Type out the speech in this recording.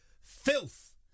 filth